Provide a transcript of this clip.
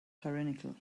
tyrannical